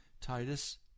Titus